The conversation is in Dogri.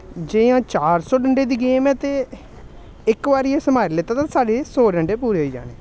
जि'यां चार सौ डंडे दी गेम ऐ ते इक बारी असें मारी लैते ते साढ़े सौ डंडे पूरे होई जाने